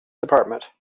department